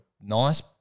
nice